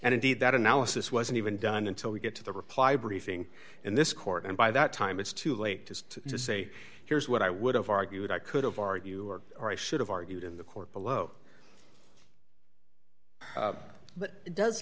and indeed that analysis wasn't even done until we get to the reply briefing and this court and by that time it's too late just to say here's what i would have argued i could have argue or i should have argued in the court below but it does